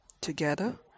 Together